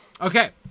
Okay